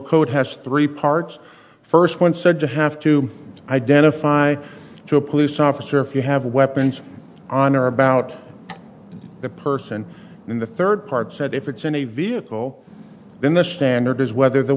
book has three parts first when said to have to identify to a police officer if you have weapons on or about the person in the third part said if it's in a vehicle then the standard is whether the